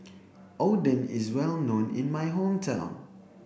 Oden is well known in my hometown